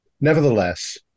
Nevertheless